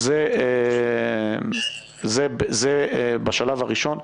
זה בשלב הראשון,